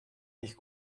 nicht